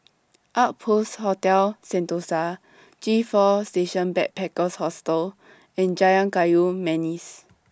Outpost Hotel Sentosa G four Station Backpackers Hostel and Jalan Kayu Manis